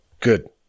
good